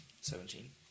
Seventeen